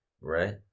Right